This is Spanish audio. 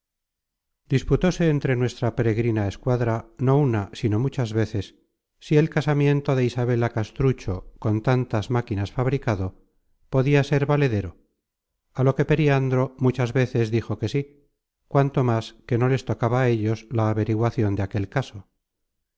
disputóse entre nuestra peregrina escuadra no una sino muchas veces si el casamiento de isabela castrucho con tantas máquinas fabricado podia ser valedero á lo que periandro muchas veces dijo que sí cuanto más que no les tocaba á ellos la averiguacion de aquel caso